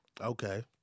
okay